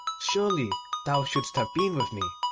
surely thou shouldst have been with me.